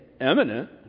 eminent